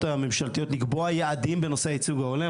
הממשלתיות לקבוע יעדים בנושא ייצוג הולם,